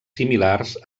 similars